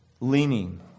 leaning